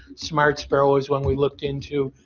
smart sparrow is when we looked into.